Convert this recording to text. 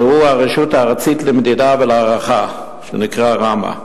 והוא הרשות הארצית למדידה ולהערכה, ראמ"ה.